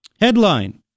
Headline